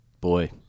Boy